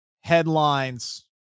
headlines